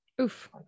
Oof